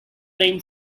train